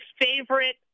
favorite